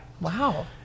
Wow